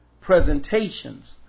presentations